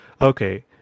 okay